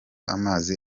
amazi